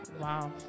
Wow